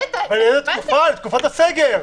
לתקופת הסגר.